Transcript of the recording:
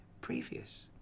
previous